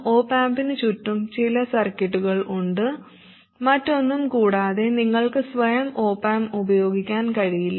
op ആമ്പിനു ചുറ്റും ചില സർക്യൂട്ടുകൾ ഉണ്ട് മറ്റൊന്നും കൂടാതെ നിങ്ങൾക്ക് സ്വയം ഒപ് ആമ്പ് ഉപയോഗിക്കാൻ കഴിയില്ല